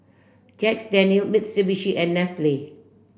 Jack Daniel Mitsubishi and Nestle